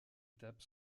étape